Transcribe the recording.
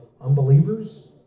unbelievers